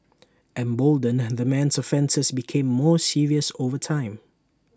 emboldened the man's offences became more serious over time